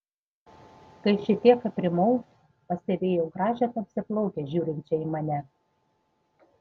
kai šiek tiek aprimau pastebėjau gražią tamsiaplaukę žiūrinčią į mane